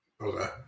Okay